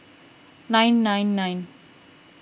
nine nine nine